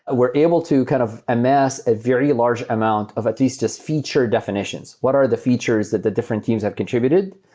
we're able to kind of amass very large amount of at least just feature definitions. what are the features that the different teams have contributed?